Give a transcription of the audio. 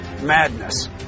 madness